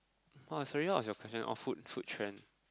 oh sorry what was your question oh food food trend